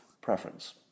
preference